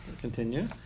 continue